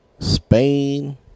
spain